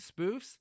spoofs